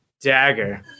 Dagger